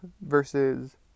versus